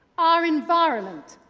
our environment,